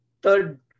third